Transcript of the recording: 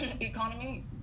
economy